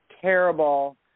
terrible